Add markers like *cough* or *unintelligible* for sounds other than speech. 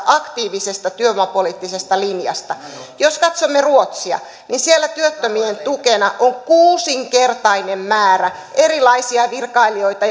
*unintelligible* aktiivisesta työvoimapoliittisesta linjasta jos katsomme ruotsia niin siellä työttömien tukena on kuusinkertainen määrä erilaisia virkailijoita *unintelligible*